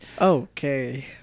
Okay